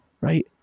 right